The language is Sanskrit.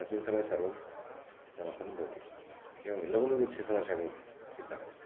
तस्मिन् समये सर्वं समाप्तं भवति एवं लघु लघु समस्या भवन्ति चिन्ता नास्ति